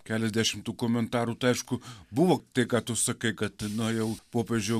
keliasdešimt tų komentarų tai aišku buvo tai ką tu sakai kad nuėjau popiežiau